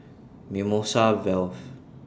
Mimosa Vale